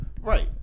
Right